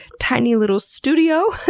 tiny little studio,